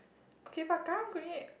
okay but Karang-Guni